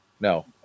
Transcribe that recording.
No